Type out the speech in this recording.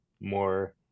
more